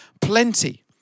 plenty